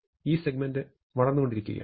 ഈ സെഗ്മെന്റ് വളർന്നു കൊണ്ടിരിക്കുകയാണ്